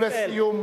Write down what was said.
ולסיום.